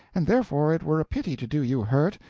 and therefore it were a pity to do you hurt,